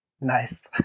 Nice